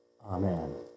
Amen